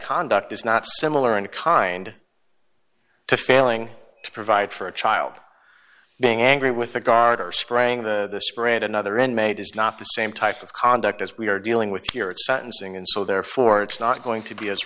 conduct is not similar in kind to failing to provide for a child being angry with the guard or spraying the spread another inmate is not the same type of conduct as we're dealing with here at sentencing and so therefore it's not going to be as